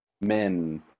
men